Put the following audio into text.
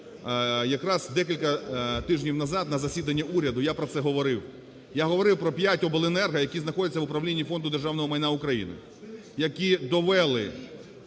Якраз декілька тижнів назад на засіданні уряду я про це говорив. Я говорив про п'ять обленерго, які знаходяться в управлінні Фонду державного майна України, які довели,